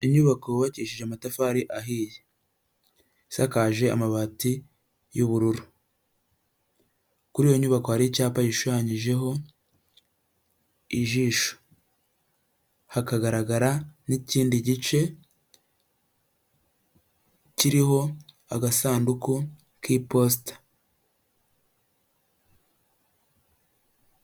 Inyubako yubakishije amatafari ahiye, isakaje amabati y'ubururu, kuri iyo nyubako hariho icyapa gishushanyijeho ijisho, hakagaragara n'ikindi gice kiriho agasanduku k'iposita.